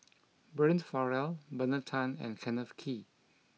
Brian Farrell Bernard Tan and Kenneth Kee